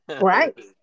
Right